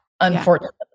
unfortunately